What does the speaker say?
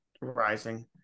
rising